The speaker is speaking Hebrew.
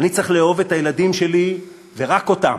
אני צריך לאהוב את הילדים שלי, ורק אותם.